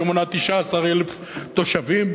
שמונה 19,000 תושבים,